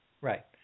Right